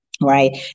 Right